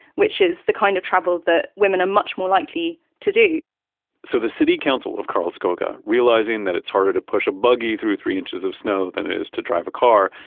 which is the kind of travel that women are much more likely to do so the city council of karlskoga, realizing that it's harder to push a buggy through three inches of snow than it is to drive a car,